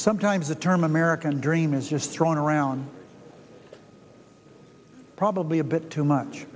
sometimes the term american dream is just thrown around probably a bit too much